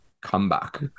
comeback